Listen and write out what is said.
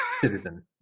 citizen